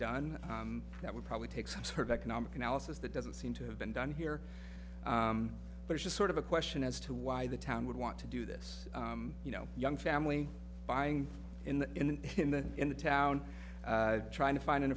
done that would probably take six heard economic analysis that doesn't seem to have been done here but it is sort of a question as to why the town would want to do this you know young family buying in the in the in the town trying to find an